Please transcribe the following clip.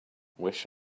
wish